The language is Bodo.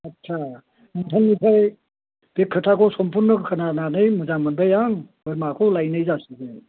आथ्सा नोंथानिफ्राय बे खोथाखौ सम्पुर्न' खोनानानै मोजां मोनबाय आं बोरमाखौ लायनाय जासिगोन